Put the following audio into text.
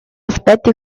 aspetti